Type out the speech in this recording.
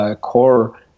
core